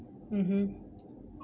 mmhmm